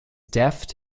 deft